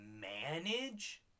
Manage